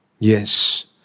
Yes